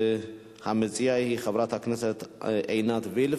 מס' 6514. המציעה היא חברת הכנסת עינת וילף.